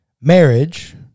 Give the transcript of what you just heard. Marriage